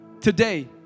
today